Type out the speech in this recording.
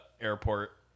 airport